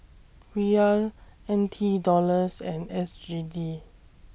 Riyal N T Dollars and S G D